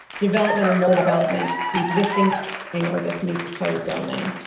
development or no developments, the existing thing, or this new proposed zoning.